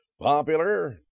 popular